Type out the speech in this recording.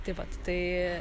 tai vat tai